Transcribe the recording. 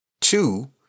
Two